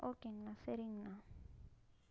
ஓகேங்ண்ணா சரிங்ண்ணா